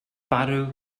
farw